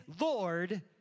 Lord